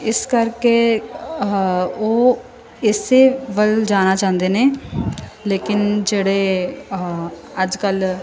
ਇਸ ਕਰਕੇ ਆਹਾ ਉਹ ਇਸੇ ਵੱਲ ਜਾਣਾ ਚਾਹੁੰਦੇ ਨੇ ਲੇਕਿਨ ਜਿਹੜੇ ਆਹਾ ਅੱਜ ਕੱਲ੍ਹ